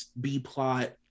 b-plot